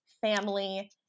family